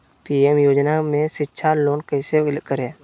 PM योजना में शिक्षा लोन कैसे करें?